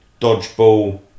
dodgeball